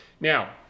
Now